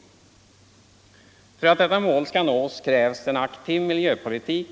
187 För att detta mål skall nås krävs en aktiv miljöpolitik